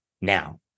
now